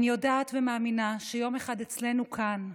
אני יודעת ומאמינה שיום אחד אצלנו כאן,